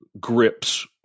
grips